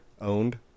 owned